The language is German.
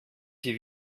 die